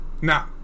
Now